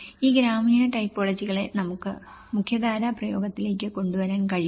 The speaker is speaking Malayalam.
ഈ ഗ്രാമീണ ടൈപ്പോളജികളെ നമുക്ക് മുഖ്യധാരാ പ്രയോഗത്തിലേക്ക് കൊണ്ടുവരാൻ കഴിയും